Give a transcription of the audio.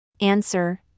Answer